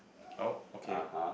oh okay